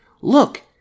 Look